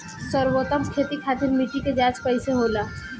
सर्वोत्तम खेती खातिर मिट्टी के जाँच कईसे होला?